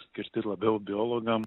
skirti labiau biologam